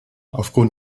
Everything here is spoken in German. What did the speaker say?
aufgrund